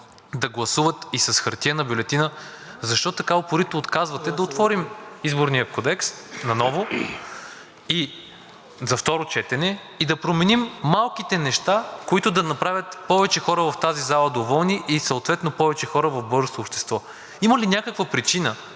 да гласуват и с хартиена бюлетина, защо така упорито отказвате да отворим Изборния кодекс наново за второ четене и да променим малките неща, които да направят повече хора в тази зала доволни и съответно повече хора в българското общество? (Председателят дава